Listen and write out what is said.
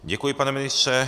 Děkuji, pane ministře.